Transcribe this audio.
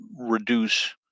reduce